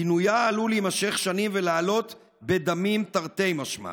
פינויה עלול להימשך שנים ולעלות בדמים, תרתי משמע.